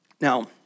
Now